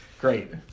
Great